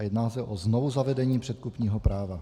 A jedná se o znovuzavedení předkupního práva.